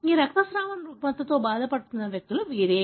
ఈ రక్తస్రావం రుగ్మతతో బాధపడుతున్న వ్యక్తులు వీరే